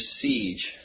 siege